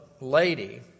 lady